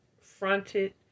fronted